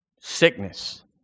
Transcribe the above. sickness